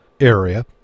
area